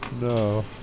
No